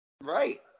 Right